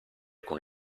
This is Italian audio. con